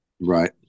Right